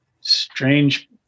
strange